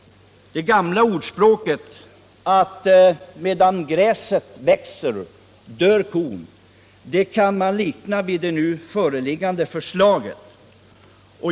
Det gamla ordspråket att medan gräset växer dör kon kan man tillämpa på det nu föreliggande förslaget.